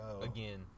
Again